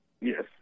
Yes